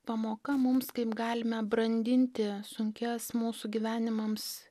pamoka mums kaip galime brandinti sunkias mūsų gyvenimams